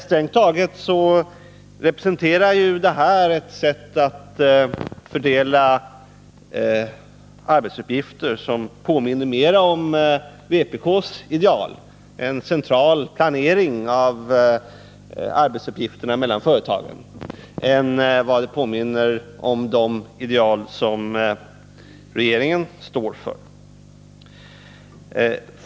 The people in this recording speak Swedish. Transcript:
Strängt taget påminner ju det här sättet att fördela arbetsuppgifter mera om vpk:s ideal — en central planering av arbetsuppgifterna mellan företagen — än vad det påminner om de ideal som regeringen står för.